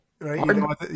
right